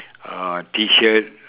uh T shirt